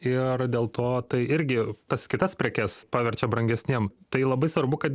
ir dėl to tai irgi tas kitas prekes paverčia brangesnėm tai labai svarbu kad